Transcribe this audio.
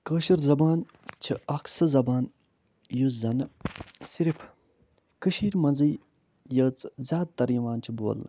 کٲشِر زبان چھِ اکھ سُہ زبان یُس زنہٕ صِرف کٔشیٖرِ منٛزٕے یٲژ زیادٕ تر یِوان چھِ بولنہٕ